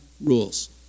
rules